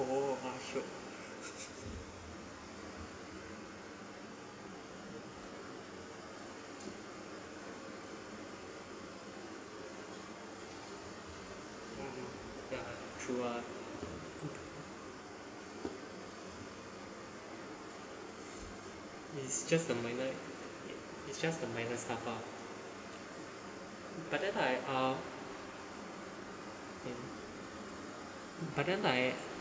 oh ya true ah it's just the minor it's just the minor stuff ah but then I uh but then I